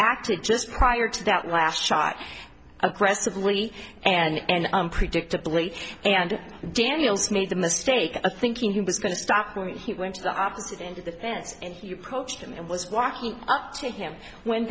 acted just prior to that last shot a press of lee and unpredictably and daniels made the mistake of thinking he was going to stop when he went to the opposite end of the fence and he approached him and was walking up to him when